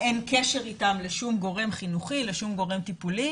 אין לשום גורם חינוכי ולשום גורם טיפולי